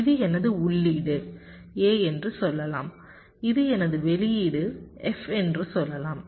இது எனது உள்ளீடு A என்று சொல்லலாம் இது எனது வெளியீடு f என்று சொல்லலாம்